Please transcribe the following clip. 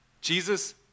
Jesus